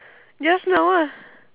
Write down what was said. just now ah